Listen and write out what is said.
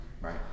Right